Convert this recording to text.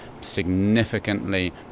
significantly